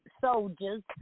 soldiers